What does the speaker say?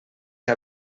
que